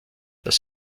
das